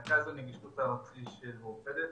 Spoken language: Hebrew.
אני רכז הנגישות הארצי של מאוחדת.